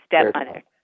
stepmother